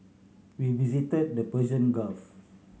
we visited the Persian Gulf